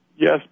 Yes